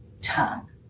tongue